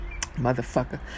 motherfucker